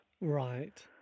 Right